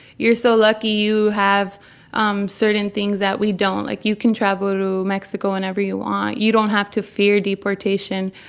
you're so lucky you have um certain things that we don't. like, you can travel to mexico whenever you want. you don't have to fear deportation.